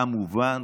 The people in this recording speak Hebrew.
כמובן,